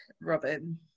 Robin